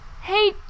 Hey